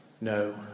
No